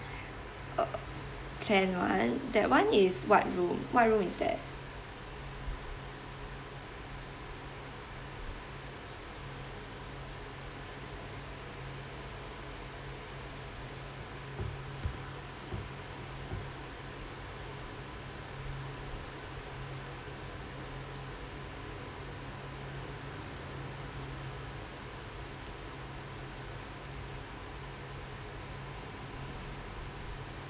tent [one] that [one] what room what room is that